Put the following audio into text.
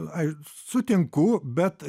ai sutinku bet